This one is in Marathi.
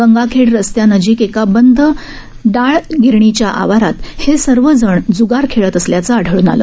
गंगाखेड रस्त्यानजिक एका बंद दाळ गिरणीच्या आवारात हे सर्वजण जुगार खेळत असल्याचं आढळून आलं